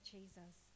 Jesus